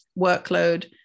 workload